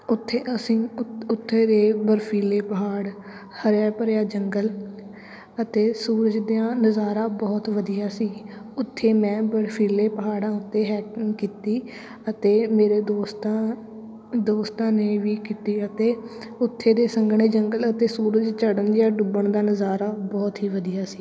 ਉੱਥੇ ਅਸੀਂ ਉਥੇ ਦੇ ਬਰਫੀਲੇ ਪਹਾੜ ਹਰਿਆ ਭਰਿਆ ਜੰਗਲ ਅਤੇ ਸੂਰਜ ਦੀਆਂ ਨਜ਼ਾਰਾ ਬਹੁਤ ਵਧੀਆ ਸੀ ਉੱਥੇ ਮੈਂ ਬਰਫੀਲੇ ਪਹਾੜਾਂ ਉੱਤੇ ਹਾਈਕਿੰਗ ਕੀਤੀ ਅਤੇ ਮੇਰੇ ਦੋਸਤਾਂ ਦੋਸਤਾਂ ਨੇ ਵੀ ਕੀਤੀ ਅਤੇ ਉੱਥੇ ਦੇ ਸੰਘਣੇ ਜੰਗਲ ਅਤੇ ਸੂਰਜ ਚੜ੍ਹਨ ਜਾਂ ਡੁੱਬਣ ਦਾ ਨਜ਼ਾਰਾ ਬਹੁਤ ਹੀ ਵਧੀਆ ਸੀ